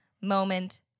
moment